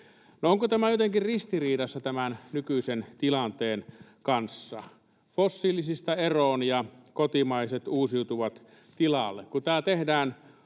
onko tämä jotenkin ristiriidassa tämän nykyisen tilanteen kanssa? Fossiilisista eroon ja kotimaiset uusiutuvat tilalle